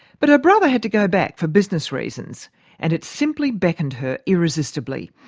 but her brother had to go back for business reasons and it simply beckoned her irresistibly.